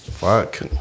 Fuck